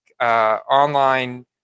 online